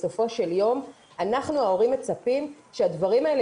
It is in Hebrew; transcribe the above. בסופו של יום אנחנו ההורים מצפים שהדברים האלה